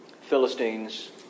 Philistines